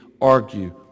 argue